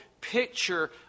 picture